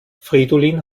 fridolin